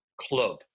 club